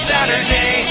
Saturday